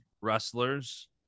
wrestlers